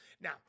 Now